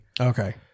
okay